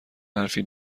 حرفی